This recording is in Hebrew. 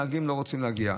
נהגים לא רוצים להגיע.